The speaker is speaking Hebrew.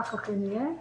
כך אכן יהיה.